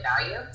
value